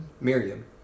miriam